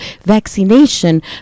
vaccination